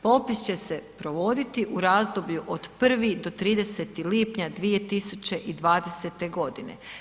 Popis će se provoditi u razdoblju od 1. do 30. lipnja 2020. godine.